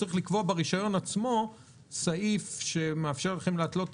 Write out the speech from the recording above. צריך לקבוע ברישיון עצמו סעיף שמאפשר לכם להתלות את